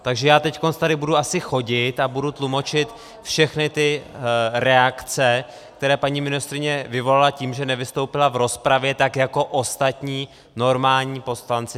Takže já teď tady asi budu chodit a budu tlumočit všechny ty reakce, které paní ministryně vyvolala tím, že nevystoupila v rozpravě tak jako ostatní normální poslanci.